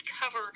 cover